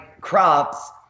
crops